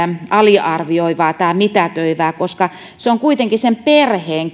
aliarvioivaa tai mitätöivää koska viittomakieli on kuitenkin sen perheen